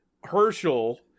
Herschel